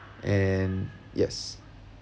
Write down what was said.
and yes